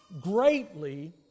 greatly